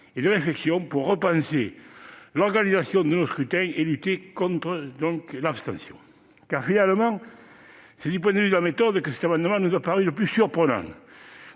et de réflexion pour repenser l'organisation de nos scrutins et lutter contre l'abstention. Finalement, c'est du point de vue de la méthode que cet amendement nous a paru le plus surprenant.